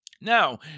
Now